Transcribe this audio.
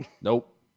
Nope